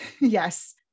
Yes